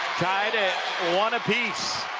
tied at one apiece.